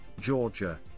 Georgia